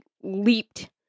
leaped